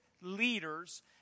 leaders